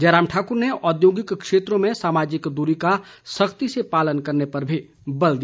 जयराम ठाकुर ने औद्योगिक क्षेत्रों में सामाजिक दूरी का सख्ती से पालन करने पर भी बल दिया